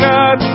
God